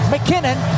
McKinnon